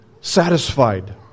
satisfied